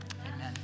Amen